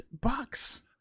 bucks